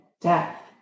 death